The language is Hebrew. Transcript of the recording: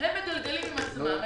הם מגלגלים עם עצמם,